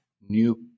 new